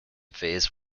phase